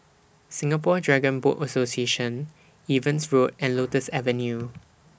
Singapore Dragon Boat Association Evans Road and Lotus Avenue